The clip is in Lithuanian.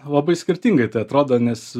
labai skirtingai tai atrodo nes